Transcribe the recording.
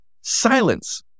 Silence